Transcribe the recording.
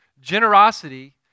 Generosity